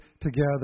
together